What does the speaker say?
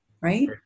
Right